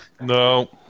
No